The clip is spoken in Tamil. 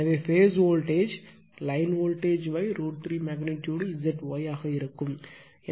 எனவே phase voltage line voltage √ 3 magnitude ZY ஆக இருக்கும்